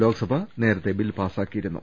ലോക്സഭ നേരത്തെ ബിൽ പാസ്സാക്കിയിരുന്നു